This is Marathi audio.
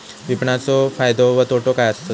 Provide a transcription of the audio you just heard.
विपणाचो फायदो व तोटो काय आसत?